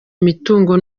imitungo